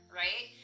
right